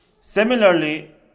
Similarly